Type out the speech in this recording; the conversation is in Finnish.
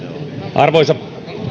arvoisa